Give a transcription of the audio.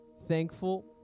thankful